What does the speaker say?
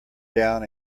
down